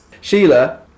Sheila